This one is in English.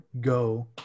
go